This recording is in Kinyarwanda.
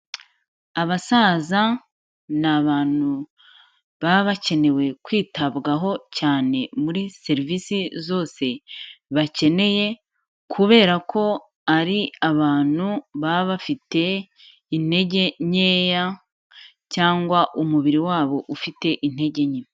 Abasaza ni abantu baba bakenewe kwitabwaho cyane muri serivisi zose bakeneye, kubera ko ari abantu baba bafite intege nkeya cyangwa umubiri wabo ufite intege nke.